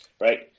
right